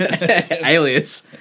alias